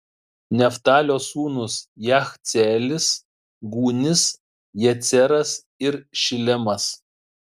neftalio sūnūs jachceelis gūnis jeceras ir šilemas